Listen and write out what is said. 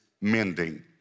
mending